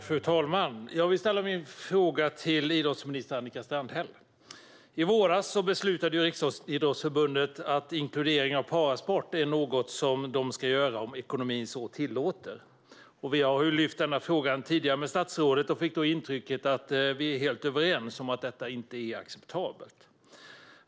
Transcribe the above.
Fru talman! Jag vill ställa min fråga till idrottsminister Annika Strandhäll. I våras beslutade Riksidrottsförbundet att inkludering av parasport är något som man ska göra om ekonomin så tillåter. Vi har lyft fram denna fråga tidigare med statsrådet och fick då intrycket att vi är helt överens om att detta inte är acceptabelt.